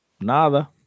nada